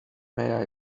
may